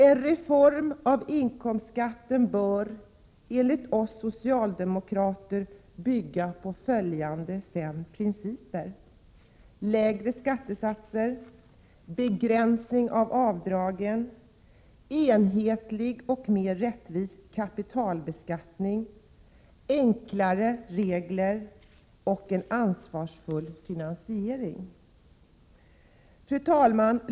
En reform av inkomstskatten bör, enligt oss socialdemokrater, bygga på följande fem principer: Enhetlig och mera rättvis kapitalbeskattning. Ansvarsfull finansiering.